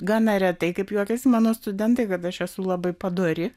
gana retai kaip juokiasi mano studentai kad aš esu labai padori